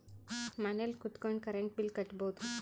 ಮನೆಲ್ ಕುತ್ಕೊಂಡ್ current bill ಕಟ್ಬೊಡು